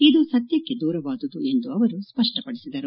ಇದು ಸತ್ಯಕ್ಕೆ ದೂರವಾದುದು ಎಂದು ಅವರು ಸ್ಪಷ್ಟಪಡಿಸಿದರು